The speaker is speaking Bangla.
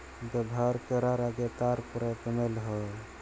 ব্যাভার ক্যরার আগে আর পরে পেমেল্ট হ্যয়